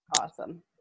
awesome